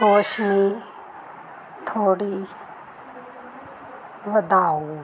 ਰੋਸ਼ਨੀ ਥੋੜ੍ਹੀ ਵਧਾਓ